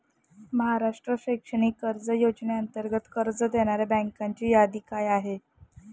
महाराष्ट्र शैक्षणिक कर्ज योजनेअंतर्गत कर्ज देणाऱ्या बँकांची यादी काय आहे?